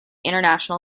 international